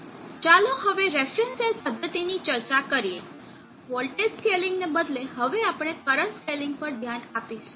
ચાલો હવે reference cell પદ્ધતિની ચર્ચા કરીએ વોલ્ટેજ સ્કેલિંગ ને બદલે હવે આપણે કરંટ સ્કેલિંગ પર ધ્યાન આપીશું